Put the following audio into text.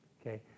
Okay